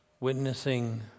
witnessing